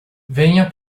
venha